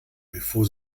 bevor